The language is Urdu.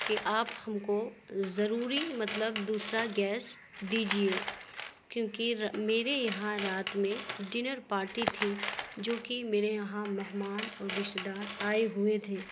کہ آپ ہم کو ضروری مطلب دوسرا گیس دیجیے کیوںکہ میرے یہاں رات میں ڈنر پارٹی تھی جوکہ میرے یہاں مہمان اور رشتے دار آئے ہوئے تھے